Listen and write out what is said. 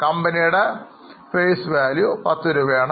കമ്പനിയുടെ face value 10രൂപയാണ്